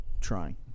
trying